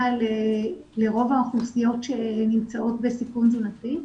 לרוב האוכלוסיות שנמצאות בסיכון תזונתי,